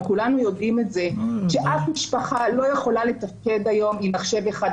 אבל כולנו יודעים את זה שאף משפחה לא יכולה לתפקד היום עם מחשב אחד.